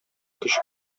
көч